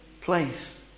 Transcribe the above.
place